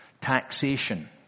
Taxation